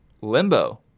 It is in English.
Limbo